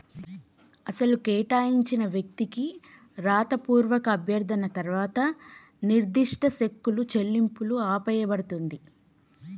అసలు కేటాయించిన వ్యక్తికి రాతపూర్వక అభ్యర్థన తర్వాత నిర్దిష్ట సెక్కులు చెల్లింపులు ఆపేయబడుతుంది